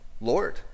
Lord